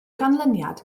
ganlyniad